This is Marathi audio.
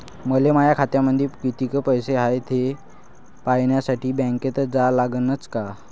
मले माया खात्यामंदी कितीक पैसा हाय थे पायन्यासाठी बँकेत जा लागनच का?